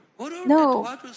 No